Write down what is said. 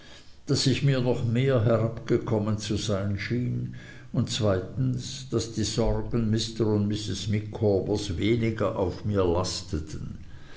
daß ich mir noch mehr herabgekommen zu sein schien und zweitens daß die sorgen mr und mrs micawbers weniger auf mir lasteten